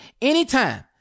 anytime